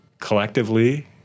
collectively